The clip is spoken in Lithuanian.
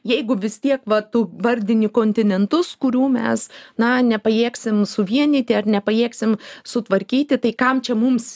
jeigu vis tiek va tu vardini kontinentus kurių mes na nepajėgsim suvienyti ar nepajėgsim sutvarkyti tai kam čia mums